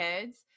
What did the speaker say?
kids